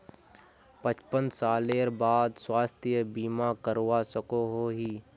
पचपन सालेर बाद स्वास्थ्य बीमा करवा सकोहो ही?